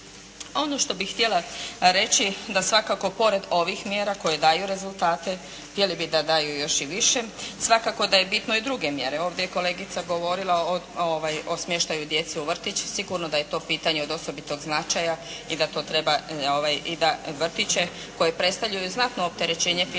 Ono što bih htjela reći, da svakako pored ovih mjera koje daju rezultate htjeli bi da daju još i više. Svakako da je bitno i druge mjere. Ovdje je kolegica govorila o smještaju djece u vrtić, sigurno je da je to pitanje od osobitog značaja i da to treba, i da vrtiće koji predstavljaju znatno opterećenje, financijsko